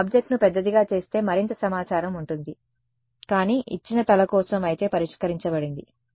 నేను ఆబ్జెక్ట్ను పెద్దదిగా చేస్తే మరింత సమాచారం ఉంటుంది కానీ ఇచ్చిన తల కోసం అయితే పరిష్కరించబడింది